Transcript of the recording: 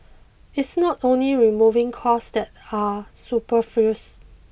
it's not only removing costs that are superfluous